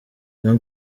jean